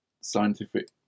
scientific